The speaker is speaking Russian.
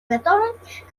готовность